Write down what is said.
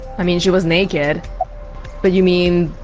i mean, she was naked but you mean